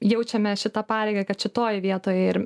jaučiame šitą pareigą kad šitoj vietoj ir